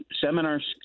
seminars